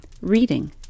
reading